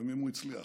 לפעמים הוא הצליח